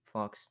Fox